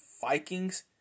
Vikings